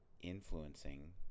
influencing